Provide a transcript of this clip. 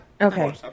Okay